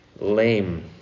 lame